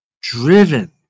driven